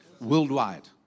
worldwide